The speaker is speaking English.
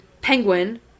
penguin